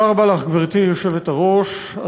גברתי היושבת-ראש,